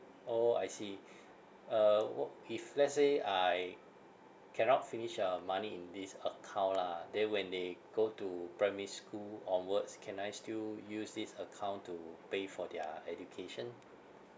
orh I see uh wha~ if let's say I cannot finish the money in this account lah then when they go to primary school onwards can I still use this account to pay for their education